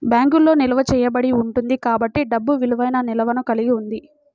బ్యాంకులో నిల్వ చేయబడి ఉంటుంది కాబట్టి డబ్బు విలువైన నిల్వను కలిగి ఉంది